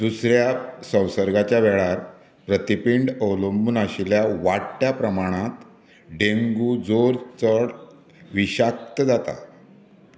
दुसऱ्या संसर्गाच्या वेळार प्रतिपिंड अवलंबून आशिल्ल्या वाडट्या प्रमाणांत डेंग्यू जोर चड विषाक्त जाता